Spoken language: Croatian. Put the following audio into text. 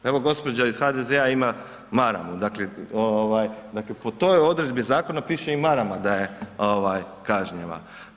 Evo gospođa iz HDZ-a ima maramu, dakle po toj odredbi zakona piše i marama da je kažnjiva.